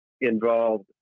involved